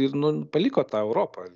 ir nu paliko tą europą